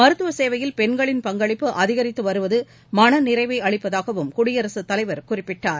மருத்துவ சேவையில் பெண்களின் பங்களிப்பு அதிகரித்து வருவது மனநிறைவை அளிப்பதாகவும் குடியரசுத்தலைவர் குறிப்பிட்டார்